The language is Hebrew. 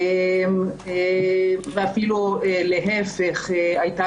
ואפילו להפך, הייתה